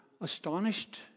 astonished